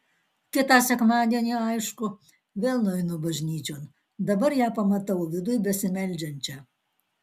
kitą sekmadienį aišku vėl nueinu bažnyčion dabar ją pamatau viduj besimeldžiančią